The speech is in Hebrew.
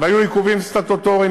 והיו עיכובים סטטוטוריים,